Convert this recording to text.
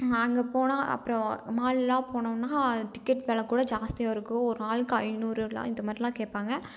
நான் அங்கே போனால் அப்பறோம் மால்லாம் போனோம்னால் டிக்கெட் வெலைக்கூட ஜாஸ்தியாக இருக்கும் ஒரு ஆளுக்கு ஐநூறு இது மாதிரிலான் கேட்பாங்க